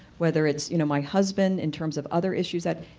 whether its you know my husband in terms of other issues that,